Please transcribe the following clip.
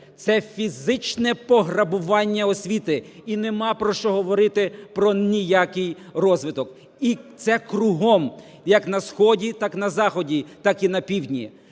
Це фізичне пограбування освіти. І немає про що говорити, про ніякий розвиток. І це кругом, як на сході, так на заході, так і на півдні.